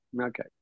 okay